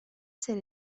ser